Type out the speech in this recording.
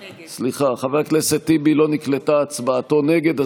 סליחה, לא נקלטה הצבעתו של חבר הכנסת טיבי, נגד.